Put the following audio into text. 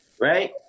right